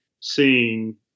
seeing